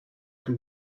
can